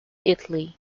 italy